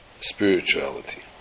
spirituality